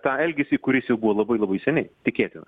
tą elgesį kuris jau buvo labai labai seniai tikėtina